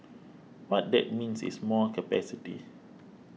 what that means is more capacity